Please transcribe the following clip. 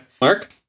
Mark